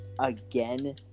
Again